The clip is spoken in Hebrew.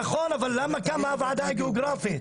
נכון, אבל למה קמה הוועדה הגיאוגרפית.